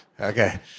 okay